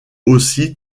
aussi